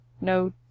no